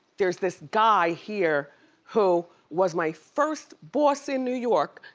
there's this guy here who was my first boss in new york.